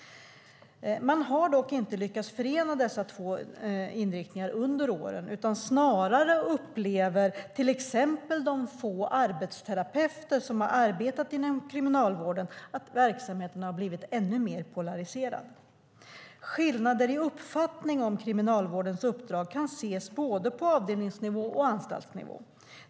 Man har dock inte lyckats förena dessa två inriktningar under åren, utan snarare upplever till exempel de få arbetsterapeuter som har arbetat inom Kriminalvården att verksamheten har blivit ännu mer polariserad. Skillnader i uppfattning om Kriminalvårdens uppdrag kan ses både på avdelningsnivå och på anstaltsnivå.